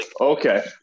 Okay